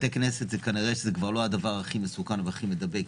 כנראה שבתי כנסת זה לא הדבר הכי מסוכן והכי מדבק,